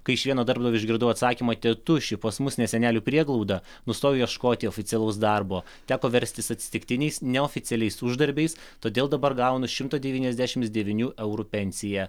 kai iš vieno darbdavio išgirdau atsakymą tėtuši pas mus ne senelių prieglauda nustojau ieškoti oficialaus darbo teko verstis atsitiktiniais neoficialiais uždarbiais todėl dabar gaunu šimto devyniasdešim devynių eurų pensiją